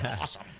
awesome